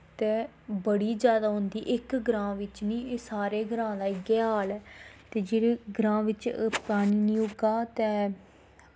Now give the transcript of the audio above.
ते बड़ी जादा औंदी इक ग्रांऽ बिच्च निं एह् सारे ग्रांऽ दा इ'यै हाल ऐ ते जेह्ड़े ग्रांऽ बिच्च पानी निं होगा ते